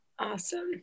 Awesome